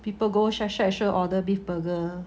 people go shack shack sure order beef burger